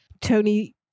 Tony